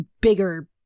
Bigger